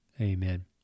Amen